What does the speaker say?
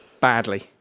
Badly